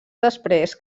després